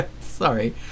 Sorry